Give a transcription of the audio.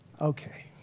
okay